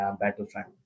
battlefront